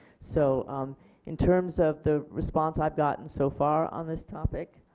so um in terms of the response i have gotten so far on this topic.